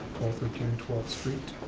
thirteen twelfth street.